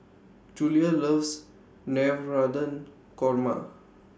Julia loves Navratan Korma